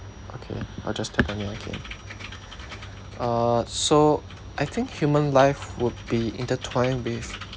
okay I'll just tap on it again uh so I think human life would be intertwined with